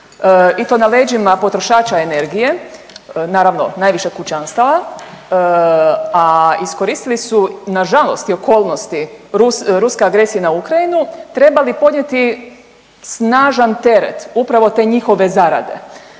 i to na leđima potrošača energije naravno najviše kućanstava, a iskoristili su na žalost okolnosti ruske agresije na Ukrajinu trebali podnijeti snažan teret upravo te njihove zarade.